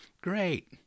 Great